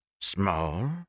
Small